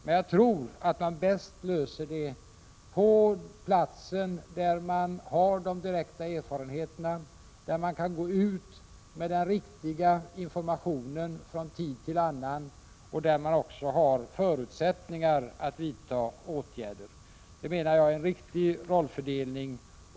Men jag tror att man bäst löser det på platsen där man har de direkta erfarenheterna, där man kan gå ut med riktig information från tid till annan och där man har förutsättningar att vidta åtgärder. Det menar jag är en riktig rollfördelning.